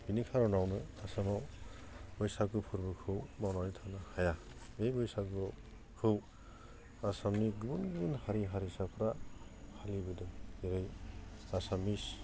बिनि खारनावनो आसामाव बैसागु फोरबोखौ बावनानै थानो हाया बे बैसागुखौ आसामनि गुबुन गुबुन हारि हारिसाफ्रा फालिबोदों जेरै आसामनि